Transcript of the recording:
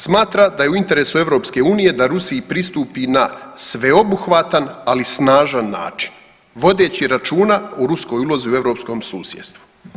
Smatra da je u interesu EU da Rusiji pristupi na sveobuhvatan, ali snažan način vodeći računa o ruskoj ulozi u europskom susjedstvu.